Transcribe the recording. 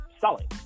selling